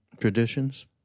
traditions